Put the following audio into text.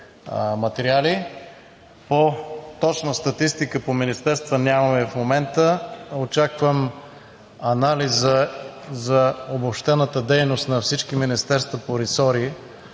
материали. Точна статистика по министерства нямаме в момента. Очаквам анализа за обобщената дейност на всички министерства по ресори